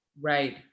Right